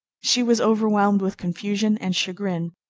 she was overwhelmed with confusion and chagrin,